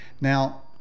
Now